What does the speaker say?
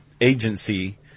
agency